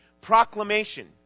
Proclamation